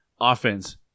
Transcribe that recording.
offense